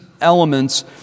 elements